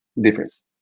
Difference